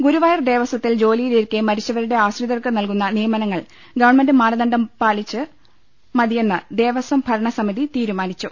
ഗുരുവായൂർ ദേവസ്ഥത്തിൽ ജോലിയിലിരിക്കെ മരിച്ചവരുടെ ആശ്രിതർക്ക് നൽകുന്ന നിയമനങ്ങൾ ഗവ്ൺമെന്റ് മാനദണ്ഡം മാത്രം പാലിച്ചു മതിയെന്ന് ദേവസം ഭൂര്ണസ്മിതി തീരുമാനിച്ചു